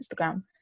Instagram